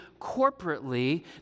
corporately